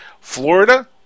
Florida